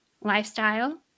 lifestyle